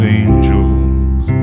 angels